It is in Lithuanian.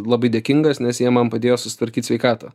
labai dėkingas nes jie man padėjo susitvarkyt sveikatą